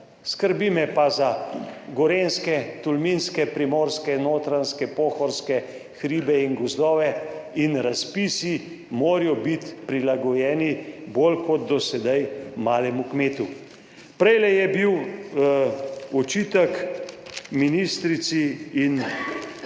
Skrbi me pa za gorenjske, tolminske, primorske, notranjske, pohorske hribe in gozdove in razpisi morajo biti prilagojeni bolj kot do sedaj malemu kmetu. Prej je bil očitek ministrici in